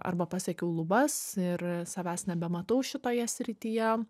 arba pasiekiau lubas ir savęs nebematau šitoje srityje